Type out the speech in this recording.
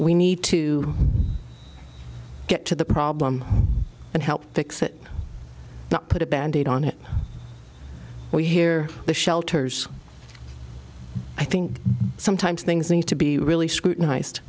we need to get to the problem and help fix it not put a band aid on it we hear the shelters i think sometimes things need to be really scrutinized